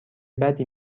بدی